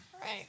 Right